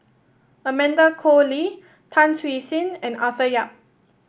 Amanda Koe Lee Tan Siew Sin and Arthur Yap